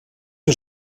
que